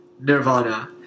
nirvana